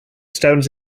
stones